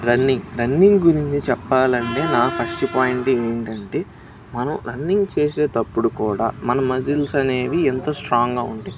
running running గురించి చెప్పాలంటే నా ఫస్ట్ పాయింట్ ఏంటంటే మనం రన్నింగ్ చేసేటప్పుడు కూడా మన మజిల్స్ అనేవి ఎంతో స్ట్రాంగ్గా ఉంటాయి